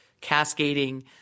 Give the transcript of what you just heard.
cascading